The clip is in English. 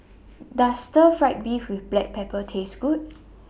Does Stir Fried Beef with Black Pepper Taste Good